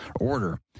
order